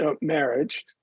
marriage